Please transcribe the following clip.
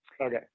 Okay